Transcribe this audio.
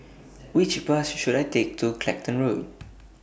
Which Bus should I Take to Clacton Road